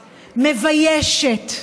מביישת,